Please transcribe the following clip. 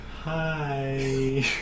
Hi